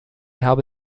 habe